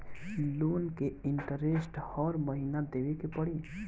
Loan के interest हर महीना देवे के पड़ी?